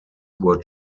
were